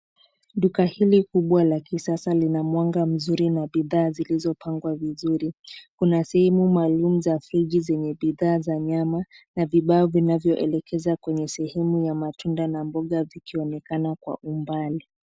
Duka hili kubwa la kisasa lina mwanga mzuri na bidhaa zilizopangwa vizuri. Kuna sehemu maalum za friji zenye bidhaa za nyama na vibao vinvyoelekeza kwenye sehemu ya matunda na mboga vikionekana kwa umbali.